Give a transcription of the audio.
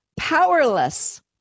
powerless